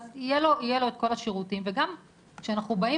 אז יהיה לו את כל השירותים וגם כשאנחנו באים